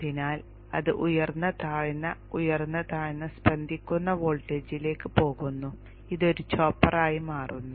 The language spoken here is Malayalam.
അതിനാൽ അത് ഉയർന്ന താഴ്ന്ന ഉയർന്ന താഴ്ന്ന സ്പന്ദിക്കുന്ന വോൾട്ടേജിലേക്ക് പോകുന്നു ഇത് ഒരു ചോപ്പറായി മാറുന്നു